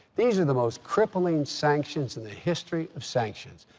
these are the most crippling sanctions in the history of sanctions,